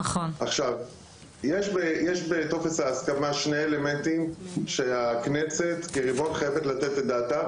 יש בטופס ההסכמה שני אלמנטים שהכנסת כריבון חייבת לתת את דעתה.